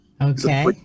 okay